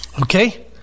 Okay